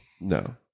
No